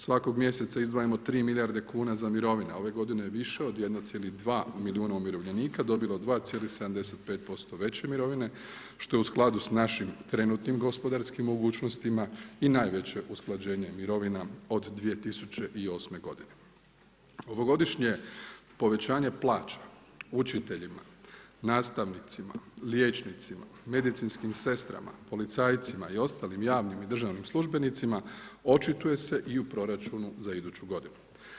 Svakog mjeseca izdvajamo 3 milijarde kuna za mirovine, a ove godine više od 1,2 milijuna umirovljenika dobilo je 2,75% veće mirovine što je u skladu s našim trenutnim gospodarskim mogućnostima i najveće usklađenje mirovina od 2008. g. Ovogodišnje povećanje plaća, učiteljima, nastavnicima, liječnicima, medicinskim sestrama, policajcima i ostalim javnim državnim službenicima, očituje se i u proračunu za iduću godinu.